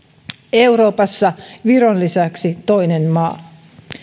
euroopassa viron lisäksi toinen maa